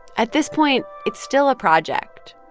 at this point, it's still a project.